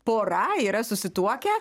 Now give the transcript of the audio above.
pora yra susituokę